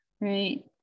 right